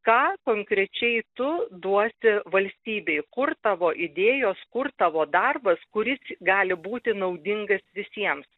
ką konkrečiai tu duosi valstybei kur tavo idėjos kur tavo darbas kuris gali būti naudingas visiems